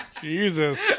Jesus